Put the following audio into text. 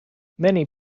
many